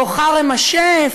או חראם א-שריף,